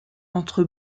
entre